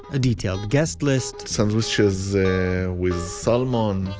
a detailed guest list, sandwiches with salmon,